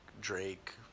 Drake